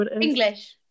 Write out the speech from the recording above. English